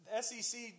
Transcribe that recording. SEC